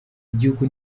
igihugu